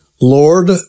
Lord